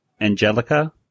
Angelica